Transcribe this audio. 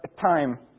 time